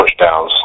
pushdowns